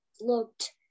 looked